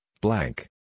blank